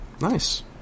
Nice